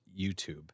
YouTube